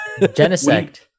Genesect